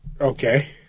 Okay